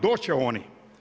Doći će oni.